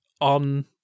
on